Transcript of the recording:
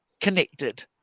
connected